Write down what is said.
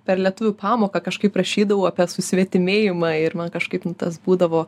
per lietuvių pamoką kažkaip rašydavau apie susvetimėjimą ir man kažkaip nu tas būdavo